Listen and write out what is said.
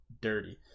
dirty